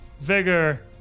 vigor